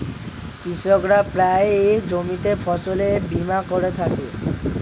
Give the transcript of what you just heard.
কৃষকরা প্রায়ই জমিতে ফসলের বীমা করে থাকে